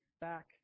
back